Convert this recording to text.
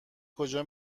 کجا